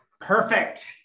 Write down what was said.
perfect